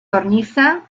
cornisa